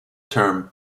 term